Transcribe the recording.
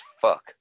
fuck